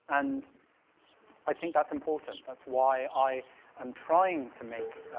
and i think that's important, that's why i am trying to make,